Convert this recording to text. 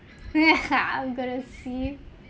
I'm going to see